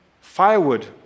firewood